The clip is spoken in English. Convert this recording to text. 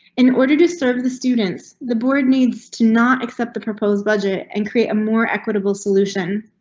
in order to serve the students, the board needs to not accept the proposed budget and create a more equitable solution.